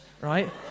right